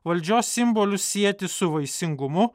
valdžios simbolius sieti su vaisingumu